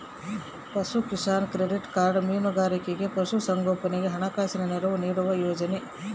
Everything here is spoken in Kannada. ಪಶುಕಿಸಾನ್ ಕ್ಕ್ರೆಡಿಟ್ ಕಾರ್ಡ ಮೀನುಗಾರರಿಗೆ ಪಶು ಸಂಗೋಪನೆಗೆ ಹಣಕಾಸಿನ ನೆರವು ನೀಡುವ ಯೋಜನೆ